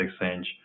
exchange